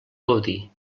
gaudir